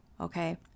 okay